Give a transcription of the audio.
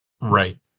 right